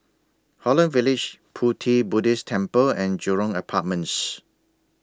Holland Village Pu Ti Buddhist Temple and Jurong Apartments